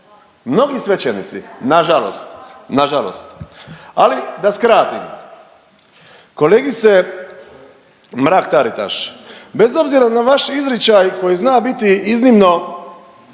mnogi svećenici nažalost, nažalost. Ali da skratim, kolegice Mrak-Taritaš bez obzira na vaš izričaj koji zna biti iznimno